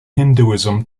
hinduism